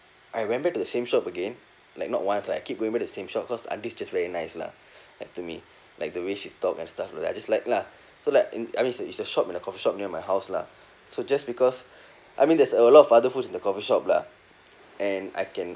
I went back to the same shop again like not once lah I keep going back to the same shop cause the auntie is just very nice lah at to me like the way she talk and stuff like that I just like lah so like in I mean it's a it's a shop in a coffee shop near my house lah so just because I mean there's a lot of other foods in the coffee shop lah and I can